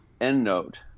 EndNote